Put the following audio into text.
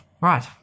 Right